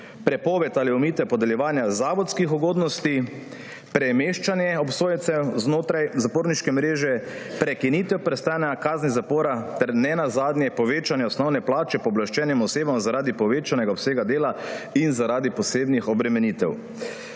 prepoved ali omejitev podeljevanja zavodskih ugodnosti; premeščanje obsojencev znotraj zaporniške mreže; prekinitev prestajanja kazni zapora ter nenazadnje povečanje osnovne plače pooblaščenim osebam zaradi povečanega obsega dela in zaradi posebnih obremenitev.